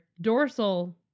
dorsal